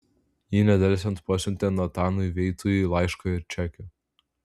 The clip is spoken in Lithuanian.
ji nedelsiant pasiuntė natanui veitui laišką ir čekį